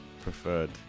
preferred